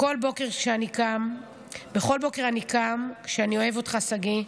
בכל בוקר אני קם כשאני אוהב אותך, שגיא,